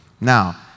Now